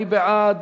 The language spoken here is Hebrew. מי בעד?